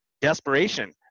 desperation